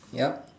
yup